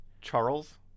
Charles